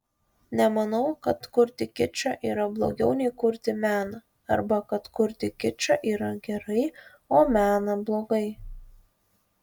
nemanau kad kurti kičą yra blogiau nei kurti meną arba kad kurti kičą yra gerai o meną blogai